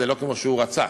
זה לא כמו שהוא רצה,